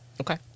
Okay